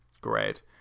great